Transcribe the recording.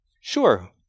sure